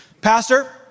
Pastor